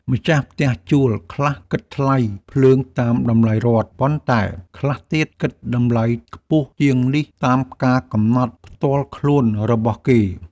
ម្ចាស់ផ្ទះជួលខ្លះគិតថ្លៃភ្លើងតាមតម្លៃរដ្ឋ ប៉ុន្តែខ្លះទៀតគិតតម្លៃខ្ពស់ជាងនេះតាមការកំណត់ផ្ទាល់ខ្លួនរបស់គេ។